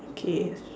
okay